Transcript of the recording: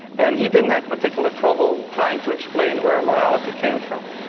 and he didn't have particular trouble trying to explain where morality came from.